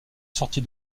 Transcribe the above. sortie